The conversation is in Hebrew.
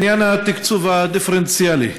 בעניין התקצוב הדיפרנציאלי.